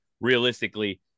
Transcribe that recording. realistically